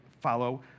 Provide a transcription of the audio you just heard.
follow